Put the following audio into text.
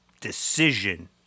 decision